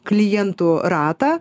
klientų ratą